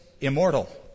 immortal